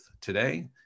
today